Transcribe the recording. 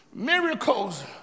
Miracles